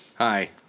Hi